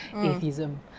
atheism